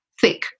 thick